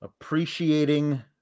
appreciating